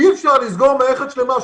אי אפשר לסגור מערכת שלמה,